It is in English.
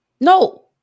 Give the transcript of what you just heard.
No